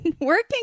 working